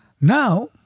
now